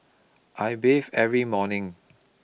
I bathe every morning